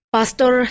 Pastor